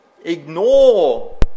ignore